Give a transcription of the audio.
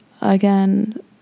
again